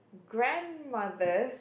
grandmother